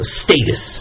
status